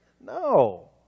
No